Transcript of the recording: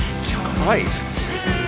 Christ